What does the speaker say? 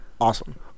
awesome